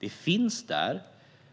Det finns där,